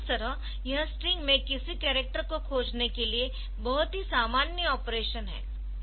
इस तरह यह स्ट्रिंग में किसी कैरेक्टर को खोजने के लिए बहुत ही सामान्य ऑपरेशन है